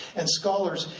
and scholars,